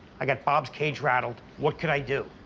i got bob's cage rattled. what could i do?